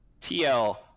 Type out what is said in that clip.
TL